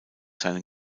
seinen